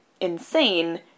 insane